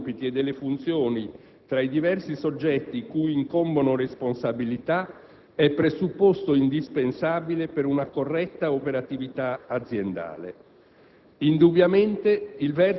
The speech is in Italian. La divisione dei compiti e delle funzioni tra i diversi soggetti su cui incombono responsabilità è presupposto indispensabile per una corretta operatività aziendale.